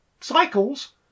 cycles